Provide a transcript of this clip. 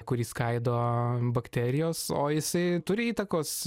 kurį skaido bakterijos o jisai turi įtakos